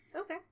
Okay